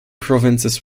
provinces